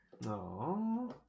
No